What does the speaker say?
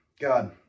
God